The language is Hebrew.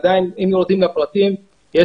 עדיין אני